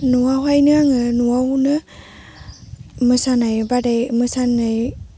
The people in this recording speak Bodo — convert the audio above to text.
न'आवहायनो आङो न'आवनो मोसानाय बादाय मोसानाय